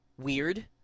weird